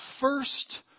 first